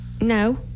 No